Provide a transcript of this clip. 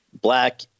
black